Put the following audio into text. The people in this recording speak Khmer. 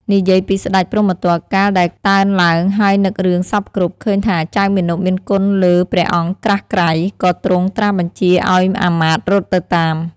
និយាយពីស្តេចព្រហ្មទត្ត កាលដែលតើនឡើងហើយនឹករឿងសព្វគ្រប់ឃើញថាចៅមាណពមានគុណលើព្រះអង្គក្រាស់ក្រៃ ក៏ទ្រង់ត្រាស់បញ្ជាឱ្យអាមាត្យរត់ទៅតាម។